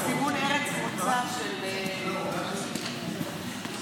סימון ארץ מוצא של פירות וירקות,